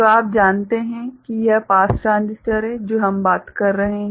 तो आप जानते हैं कि यह पास ट्रांजिस्टर है जो हम बात कर रहे हैं